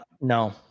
No